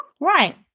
Right